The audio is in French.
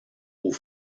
aux